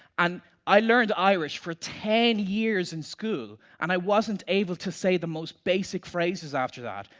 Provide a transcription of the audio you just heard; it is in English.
and i learned irish for ten years in school and i wasn't able to say the most basic phrases after that.